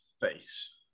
face